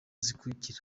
zikurikira